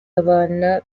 abana